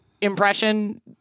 impression